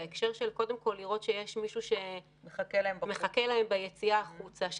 קודם כל לראות שיש מישהו שמחכה להם ביציאה החוצה,